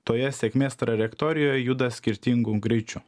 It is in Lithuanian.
toje sėkmės trajektorijoj juda skirtingu greičiu